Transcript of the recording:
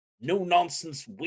no-nonsense